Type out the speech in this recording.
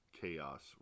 Chaos